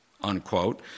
unquote